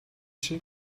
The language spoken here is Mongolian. шиг